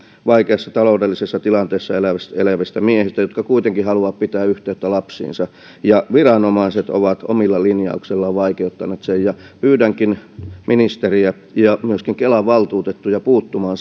vaikeassa taloudellisessa tilanteessa elävistä elävistä miehistä jotka kuitenkin haluavat pitää yhteyttä lapsiinsa ja viranomaiset ovat omilla linjauksillaan vaikeuttaneet sitä pyydänkin ministeriä ja myöskin kelan valtuutettuja puuttumaan